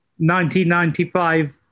1995